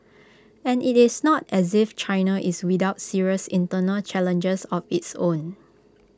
and IT is not as if China is without serious internal challenges of its own